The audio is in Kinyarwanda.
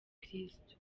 kristu